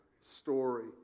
story